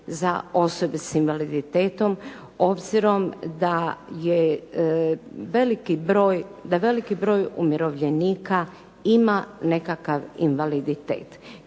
za osobe sa invaliditetom, obzirom da je veliki broj, da veliki broj umirovljenika ima nekakav invaliditet,